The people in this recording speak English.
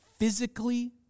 physically